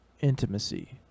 intimacy